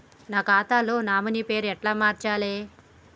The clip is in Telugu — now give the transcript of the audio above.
నా ఖాతా లో నామినీ పేరు ఎట్ల మార్చాలే?